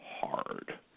hard